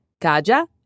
Kaja